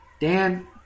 Dan